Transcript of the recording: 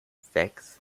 sechs